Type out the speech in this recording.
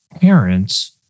parents